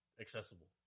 accessible